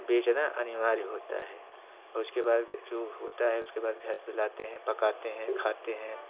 बेचना अनिवार्य होता है और उसके बाद जो होता है उसके बाद घर पे लाते हैं पकाते हैं खाते हैं